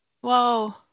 Whoa